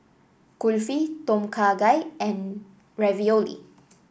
Kulfi Tom Kha Gai and Ravioli